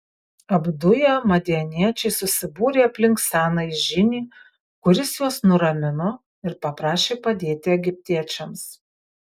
apduję madianiečiai susibūrė aplink senąjį žynį kuris juos nuramino ir paprašė padėti egiptiečiams